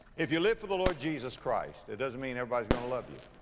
if you live for the lord jesus christ, it doesn't mean everybody's going to love you.